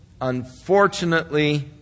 Unfortunately